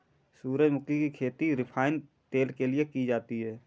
सूरजमुखी की खेती रिफाइन तेल के लिए की जाती है